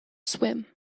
swim